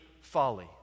Folly